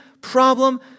problem